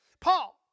Paul